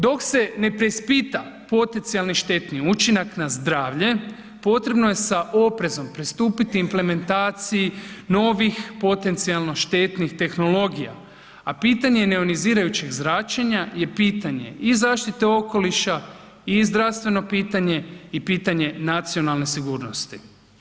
Dok se ne preispita potencijalni štetni učinak na zdravlje, potrebno je sa oprezom pristupiti implementaciji novih potencijalno štetnih tehnologija, a pitanje neionizirajućeg zračenja je pitanje i zaštite okoliša i zdravstveno pitanje i pitanje nacionalne sigurnosti.